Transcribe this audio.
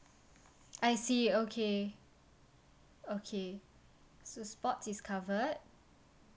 I see okay okay so sports is covered